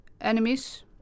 enemies